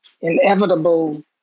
inevitable